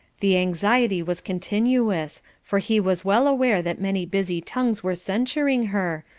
the anxiety was continuous, for he was well aware that many busy tongues were censuring her,